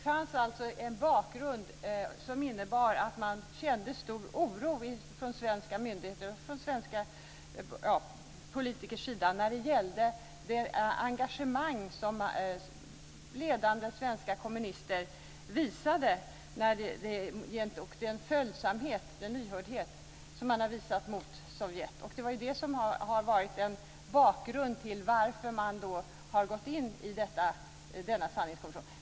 Fru talman! Bakgrunden är att man kände stor oro från svenska myndigheters och politikers sida för det engagemang, den följsamhet och den lyhördhet som ledande svenska kommunister visade mot Sovjet. Det är det som är bakgrunden till att man har gått in i denna sanningskommission.